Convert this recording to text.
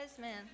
Man